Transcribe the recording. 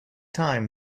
time